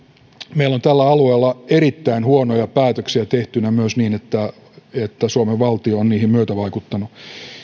meillä on tällä alueella erittäin huonoja päätöksiä tehtynä myös niin että että suomen valtio on niihin myötävaikuttanut